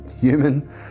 human